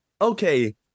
okay